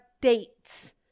dates